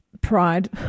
Pride